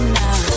now